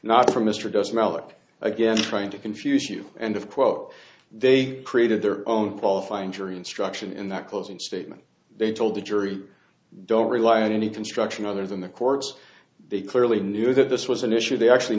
not from mr does melich again trying to confuse you and of quote they created their own qualifying jury instruction in that closing statement they told the jury don't rely on any construction other than the courts the clearly knew that this was an issue they actually